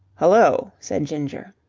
hullo! said ginger.